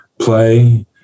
play